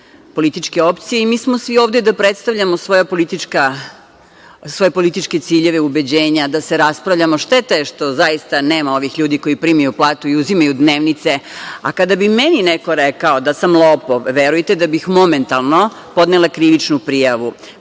političke opcije i mi smo svi ovde da predstavljamo svoje političke ciljeve, ubeđenja, da se raspravljamo. Šteta je što, zaista, nema ovih ljudi koji primaju platu i uzimaju dnevnice. A, kada bi meni neko rekao da sam lopov, verujte da bih momentalno podnela krivičnu prijavu. Protiv